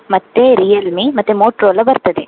ಮತ್ತು ರಿಯಲ್ಮಿ ಮತ್ತು ಮೋಟ್ರೋಲಾ ಬರ್ತದೆ